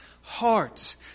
hearts